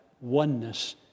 oneness